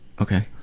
Okay